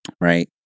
right